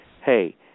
hey